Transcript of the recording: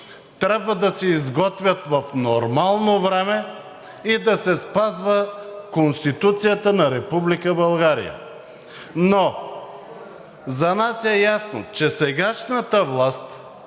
трябва да се изготвят в нормално време и да се спазва Конституцията на Република България. Но за нас е ясно, че сегашната власт